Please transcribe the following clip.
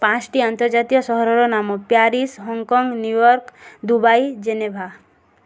ପାଞ୍ଚଟି ଆନ୍ତର୍ଜାତୀୟ ସହରର ନାମ Paris Hong Kong New York Dubai Geneva